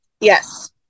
Yes